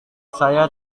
saya